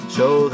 Show